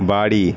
বাড়ি